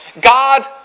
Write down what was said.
God